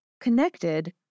connected